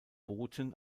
booten